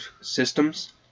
systems